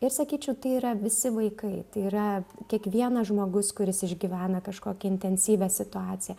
ir sakyčiau tai yra visi vaikai tai yra kiekvienas žmogus kuris išgyvena kažkokią intensyvią situaciją